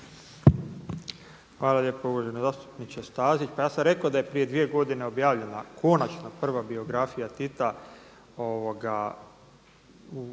Hvala lijepo. Uvaženi zastupniče Stazić. Pa ja sam rekao da je prije dvije godine objavljena konačno prva biografija Tita